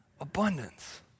abundance